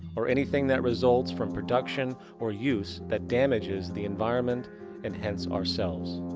or anything that results from production or use that damages the environment and hence, ourselves.